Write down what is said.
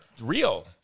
real